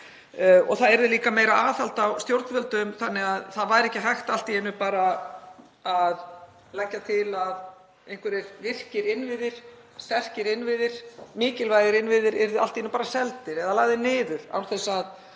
og það yrði líka meira aðhald á stjórnvöldum þannig að það væri ekki hægt allt í einu bara að leggja til að einhverjir virkir innviðir, sterkir innviðir, mikilvægir innviðir, yrðu seldir eða lagðir niður án þess að